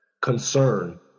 concern